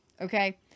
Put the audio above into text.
okay